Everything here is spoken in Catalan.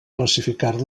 classificar